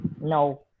no